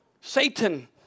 Satan